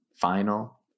final